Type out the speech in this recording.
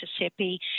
Mississippi